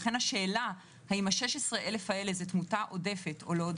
לכן השאלה אם ה-16,000 האלה זה תמותה עודפת או לא,